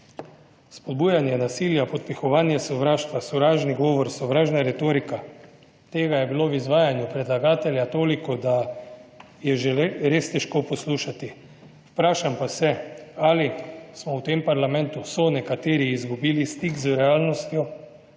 Spodbujanje nasilja, podpihovanje sovraštva, sovražni govor, sovražna retorika, tega je bilo v izvajanju predlagatelja toliko, da je že res težko poslušati. Vprašam pa se, ali smo v tem parlamentu, so nekateri izgubili stik z realnostjo,